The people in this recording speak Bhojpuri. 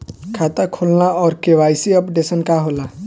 खाता खोलना और के.वाइ.सी अपडेशन का होला?